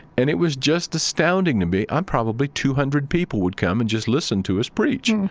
and it was just astounding to me. i'm probably two hundred people would come and just listen to us preach.